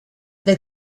the